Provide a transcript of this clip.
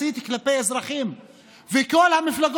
ושמה בנימין